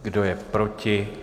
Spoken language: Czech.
Kdo je proti?